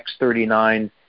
X39